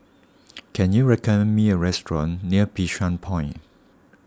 can you recommend me a restaurant near Bishan Point